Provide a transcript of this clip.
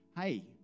Hey